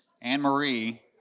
Anne-Marie